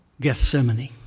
Gethsemane